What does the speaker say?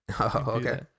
okay